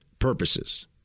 purposes